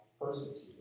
persecuted